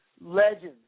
legends